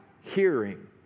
hearing